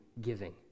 giving